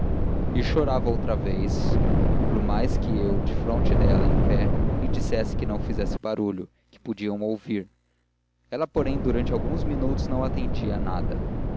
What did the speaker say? e chorava outra vez por mais que eu defronte dela em pé lhe dissesse que não fizesse barulho que podiam ouvir ela porém durante alguns minutos não atendia a nada